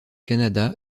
canada